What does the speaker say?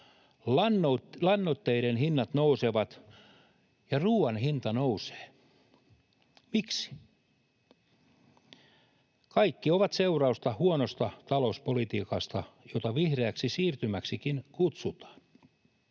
lannoitteiden hinnat nousevat ja ruoan hinta nousee? Miksi? Kaikki ovat seurausta huonosta talouspolitiikasta, jota vihreäksi siirtymäksikin kutsutaan.